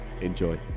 enjoy